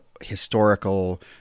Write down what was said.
historical